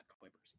Clippers